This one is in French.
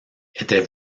était